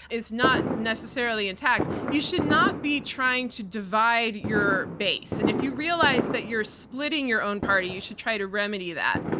is not necessarily in tact, you should not be trying to divide your base. and if you realize that you're splitting your own party, you should try to remedy that.